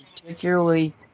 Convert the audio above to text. particularly